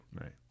right